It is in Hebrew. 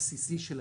הבסיסי שלהם.